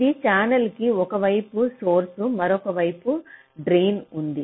ఇది ఛానెల్ కి ఒక వైపు సోర్స్ మరొక వైపు మీకు డ్రెన్ ఉంది